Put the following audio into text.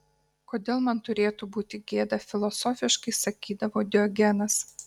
kodėl man turėtų būti gėda filosofiškai sakydavo diogenas